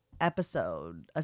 episode